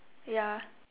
ya